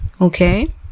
okay